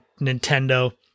nintendo